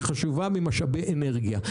היא חשובה במשאבי אנרגיה.